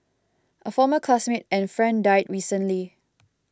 a former classmate and friend died recently